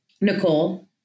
Nicole